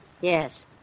Yes